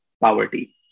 poverty